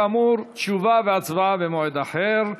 כאמור, תשובה והצבעה במועד אחר.